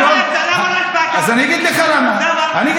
אגיד לך למה.